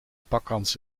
pakkans